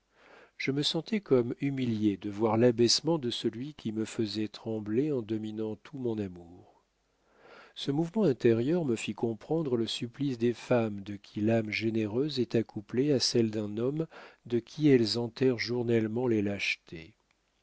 je me sentais comme humilié de voir l'abaissement de celui qui me faisait trembler en dominant tout mon amour ce mouvement intérieur me fit comprendre le supplice des femmes de qui l'âme généreuse est accouplée à celle d'un homme de qui elles enterrent journellement les lâchetés